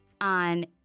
on